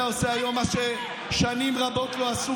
אתה עושה היום מה ששנים רבות לא עשו,